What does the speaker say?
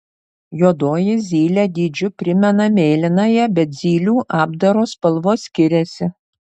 juodoji zylė dydžiu primena mėlynąją bet zylių apdaro spalvos skiriasi